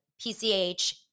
PCH